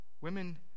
Women